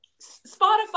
Spotify